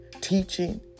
teaching